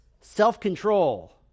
Self-control